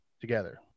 together